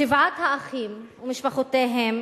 שבעת האחים ומשפחותיהם